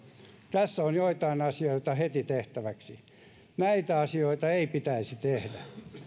tässä on joitain asioita heti tehtäväksi näitä asioita ei pitäisi tehdä